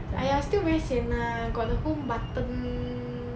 !aiya! still very sian lah got the home button